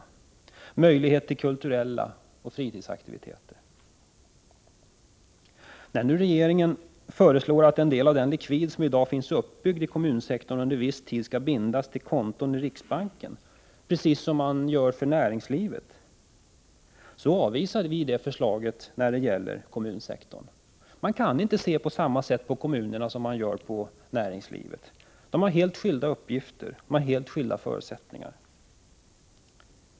Detsamma gäller möjligheterna till kulturella aktiviteter och fritidsaktiviteter. När nu regeringen föreslår att en del av den likvid som i dag finns uppbyggd i kommunsektorn under viss tid skall bindas till konton i riksbanken, precis så som sker för näringslivet, avvisar vi det förslaget vad gäller kommunsektorn. Man kan inte se på kommunerna på samma sätt som på näringslivet. Kommunerna och näringslivet har helt skilda uppgifter, helt skilda förutsättningar.